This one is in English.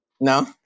no